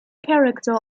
character